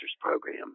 program